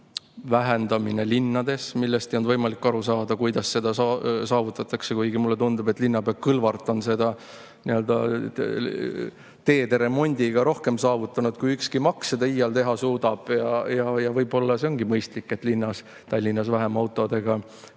vähendamine linnades. Ei olnud võimalik aru saada, kuidas see saavutatakse. Mulle tundub, et linnapea Kõlvart on seda teede remondiga rohkem saavutanud, kui ükski maks iial teha suudab. Võib-olla ongi mõistlik linnas, Tallinnas vähem autodega